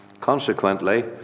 Consequently